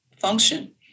function